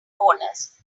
bonus